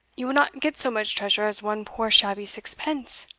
you will not get so much treasure as one poor shabby sixpence?